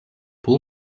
pull